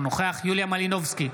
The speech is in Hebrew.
אינו נוכח יוליה מלינובסקי,